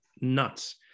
nuts